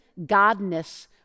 godness